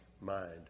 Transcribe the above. mind